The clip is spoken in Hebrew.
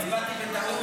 חוק ומשפט נתקבלה.